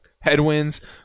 headwinds